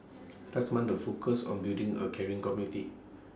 last month the focus on building A caring community